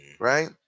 Right